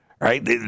right